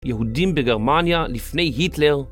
יהודים בגרמניה לפני היטלר